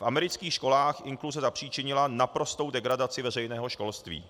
V amerických školách inkluze zapříčinila naprostou degradaci veřejného školství.